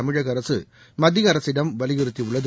தமிழக அரசு மத்திய அரசிடம் வலியுறுத்தியுள்ளது